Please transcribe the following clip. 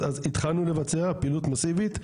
אז התחלנו לבצע פעילות מסיבית,